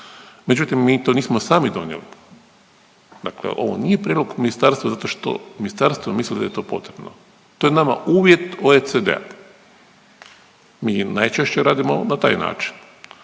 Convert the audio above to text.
Međutim, mi to nismo sami donijeli. Dakle, ovo nije prijedlog ministarstva zato što ministarstvo misli da je to potrebno. To je nama uvjet OECD-a. Mi najčešće radimo na taj način.